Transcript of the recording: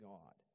God